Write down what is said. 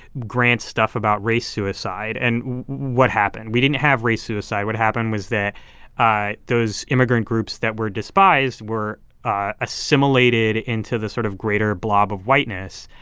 grant's stuff about race suicide. and what happened? we didn't have race suicide. what happened was that those immigrant groups that were despised were assimilated into the sort of greater blob of whiteness.